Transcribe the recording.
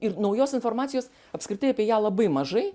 ir naujos informacijos apskritai apie ją labai mažai